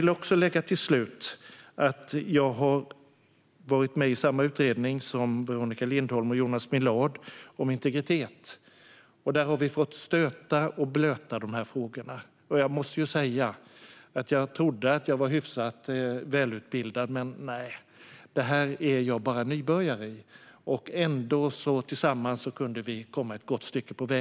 Slutligen vill jag tillägga att jag har varit med i samma utredning som Veronica Lindholm och Jonas Millard, om integritet, och där har vi fått stöta och blöta dessa frågor. Jag trodde att jag var hyfsat välutbildad, men här är jag bara nybörjare. Ändå kunde vi tillsammans komma ett gott stycke på väg.